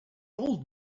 old